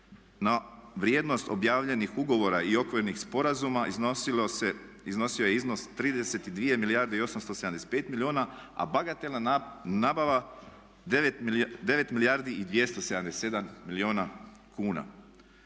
na vrijednost objavljenih ugovora i okvirnih sporazuma iznosio je iznos 32 milijarde i 875 milijuna, a bagatelna nabava 9 milijardi i 277 milijuna kuna.